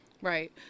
Right